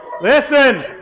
listen